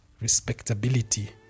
respectability